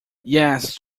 yes